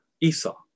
Esau